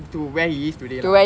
to where he is today lah